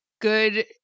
good